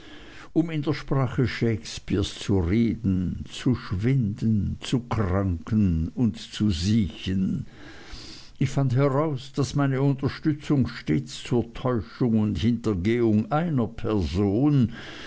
um in der sprache shakespeares zu reden zu schwinden zu kranken und zu siechen ich fand heraus daß meine unterstützung stets zur täuschung und hintergehung einer person